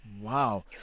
Wow